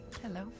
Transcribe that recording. Hello